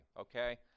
okay